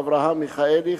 אברהם מיכאלי,